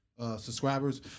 subscribers